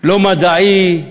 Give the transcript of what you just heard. לא מדעי,